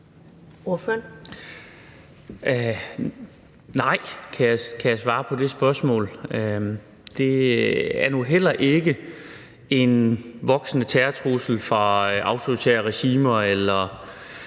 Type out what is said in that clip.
Nej, kan jeg svare på det spørgsmål. Det er nu heller ikke en voksende terrortrussel fra autoritære regimer eller